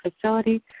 facility